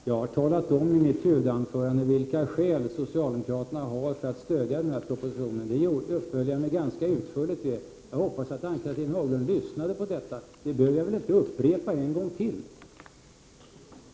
Fru talman! Jag har i mitt huvudanförande talat om vilka skäl socialdemokraterna har för att stödja den här propositionen. Det uppehöll jag mig ganska utförligt vid. Jag hoppas att Ann-Cathrine Haglund lyssnade på detta — det behöver jag väl inte upprepa en gång till?